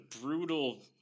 brutal